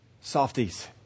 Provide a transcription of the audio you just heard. softies